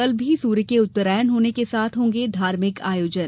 कल भी सूर्य के उत्तरायण होने के साथ होंगे धार्मिक आयोजन